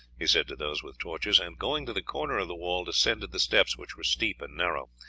he said to those with torches, and going to the corner of the wall descended the steps, which were steep and narrow.